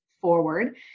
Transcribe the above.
forward